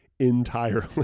entirely